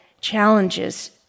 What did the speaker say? challenges